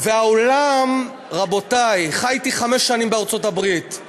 והעולם, רבותי, חייתי חמש שנים בארצות-הברית.